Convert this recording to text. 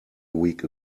week